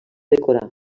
decorar